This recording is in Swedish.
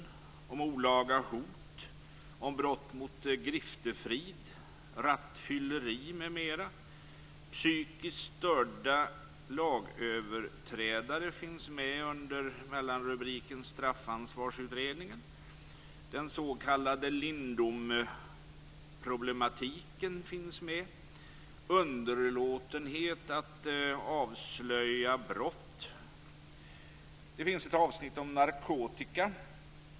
Det handlar om olaga hot, brott mot griftefrid, rattfylleri m.m. Psykiskt störda lagöverträdare finns med under mellanrubriken Straffansvarsutredningen. Den s.k. Lindomeproblematiken finns med. Underlåtenhet att avslöja brott finns också med. Det finns ett avsnitt om narkotika.